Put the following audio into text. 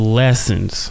lessons